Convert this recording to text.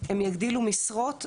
הם יגדילו משרות,